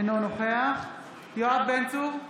אינו נוכח יואב בן צור,